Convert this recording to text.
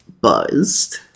buzzed